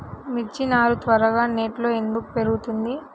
మిర్చి నారు త్వరగా నెట్లో ఎందుకు పెరుగుతుంది?